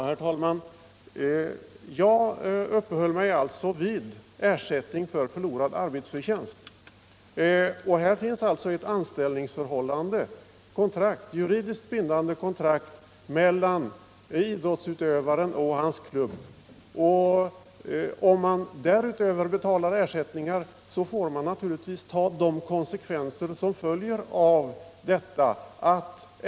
Herr talman! Jag uppehöll mig alltså vid ersättning för förlorad arbetsförtjänst. Det finns ett anställningsförhållande, ett juridiskt bindande kontrakt mellan idrottsutövaren och hans klubb, och om man därutöver betalar ersättningar får man naturligtvis ta konsekvenserna av detta.